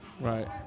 right